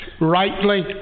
rightly